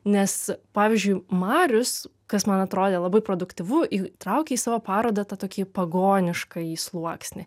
nes pavyzdžiui marius kas man atrodė labai produktyvu įtraukė į savo parodą tą tokį pagoniškąjį sluoksnį